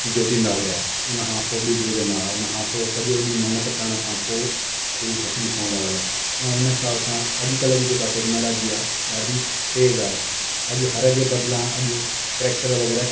जाचींदा हुआ हुन खां पोइ ॿिजु विझंदा हा हुन खां सॼो ॾींहुं महिनत करण खां पोइ हू थकिजी पवंदा हुआ ऐं हुन हिसाब सां अॼुकल्ह जी जेका टेक्नालॉजी आहे ॾाढी तेज़ु आहे अॼु हर जे बदला अॼु ट्रेक्टर वग़ैरह